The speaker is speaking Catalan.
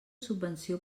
subvenció